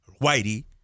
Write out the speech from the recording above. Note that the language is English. Whitey